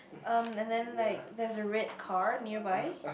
um and then like there's a red car nearby